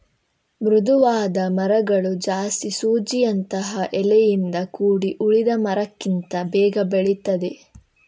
ಮೃದುವಾದ ಮರಗಳು ಜಾಸ್ತಿ ಸೂಜಿಯಂತಹ ಎಲೆಯಿಂದ ಕೂಡಿ ಉಳಿದ ಮರಕ್ಕಿಂತ ಬೇಗ ಬೆಳೀತದೆ